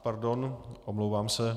Pardon, omlouvám se.